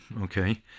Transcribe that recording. okay